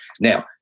Now